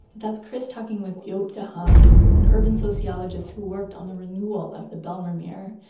that's chris talking with joop de haan, an urban sociologist who worked on the renewal of the bijlmermeer.